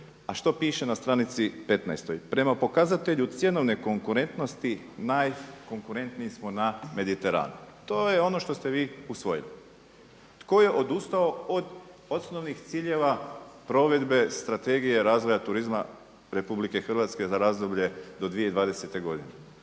A što piše na stranici 15. prema pokazatelju cjenovne konkurentnosti najkonkurentniji smo na Mediteranu. To je ono što ste vi usvojili. Tko je odustao od osnovnih ciljeva provedbe Strategije razvoja turizma RH za razdoblje do 2020. godine.